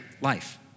life